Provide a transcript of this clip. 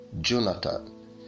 Jonathan